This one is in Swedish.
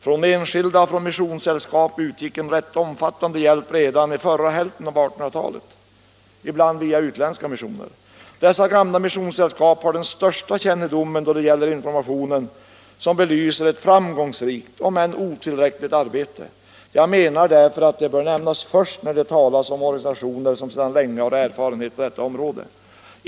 Från enskilda och från missionssällskap utgick en rätt omfattande hjälp redan under förra hälften av 1800-talet, ibland via utländska missioner. Dessa gamla missionssällskap har den största kännedomen då det gäller information som belyser ett framgångsrikt —- om än otillräckligt — arbete. Jag menar därför att de bör nämnas först när det talas om organisationer som sedan länge har erfarenhet på detta område.